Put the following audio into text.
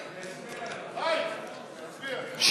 תקציבי 68,